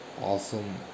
awesome